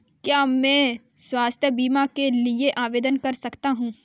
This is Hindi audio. क्या मैं स्वास्थ्य बीमा के लिए आवेदन कर सकता हूँ?